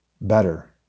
better